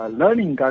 learning